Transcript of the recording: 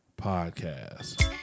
podcast